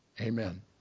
Amen